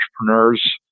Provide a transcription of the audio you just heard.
entrepreneurs